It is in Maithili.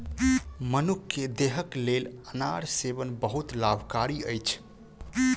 मनुख के देहक लेल अनार सेवन बहुत लाभकारी अछि